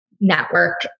Network